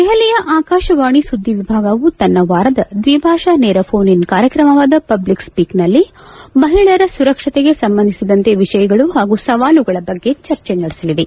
ದೆಹಲಿಯ ಆಕಾಶವಾಣಿ ಸುದ್ದಿ ವಿಭಾಗವು ತನ್ನ ವಾರದ ದ್ವಿಭಾಷಾ ನೇರ ಮೋನ್ ಇನ್ ಕಾರ್ಯಕ್ರಮವಾದ ಪಬ್ಲಿಕ್ ಸ್ವೀಕ್ ನಲ್ಲಿ ಮಹಿಳೆಯರ ಸುರಕ್ಷತೆಗೆ ಸಂಬಂಧಿಸಿದಂತೆ ವಿಷಯಗಳು ಹಾಗೂ ಸವಾಲುಗಳ ಬಗ್ಗೆ ಚರ್ಚೆ ನಡೆಸಲಿದೆ